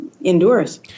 endures